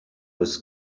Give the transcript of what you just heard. with